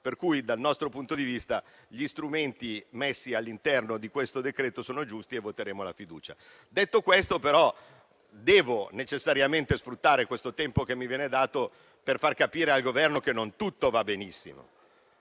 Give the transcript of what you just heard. Pertanto, dal nostro punto di vista, gli strumenti previsti dal decreto-legge in esame sono giusti e voteremo la fiducia. Detto questo, devo però necessariamente sfruttare il tempo che mi viene dato per far capire al Governo che non tutto va benissimo.